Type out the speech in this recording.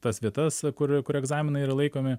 tas vietas kur kur egzaminai yra laikomi